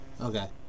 Okay